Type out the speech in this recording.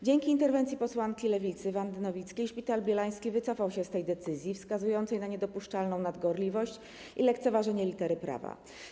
Dzięki interwencji posłanki Lewicy Wandy Nowickiej Szpital Bielański wycofał się z tej decyzji wskazującej na niedopuszczalną nadgorliwość i lekceważenie litery prawa.